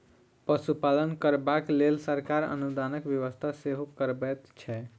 पशुपालन करबाक लेल सरकार अनुदानक व्यवस्था सेहो करबैत छै